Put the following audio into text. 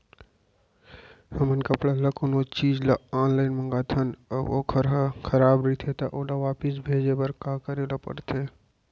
हमन कपड़ा या कोनो चीज ल ऑनलाइन मँगाथन अऊ वोकर ह खराब रहिये ता ओला वापस भेजे बर का करे ल पढ़थे?